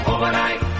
Overnight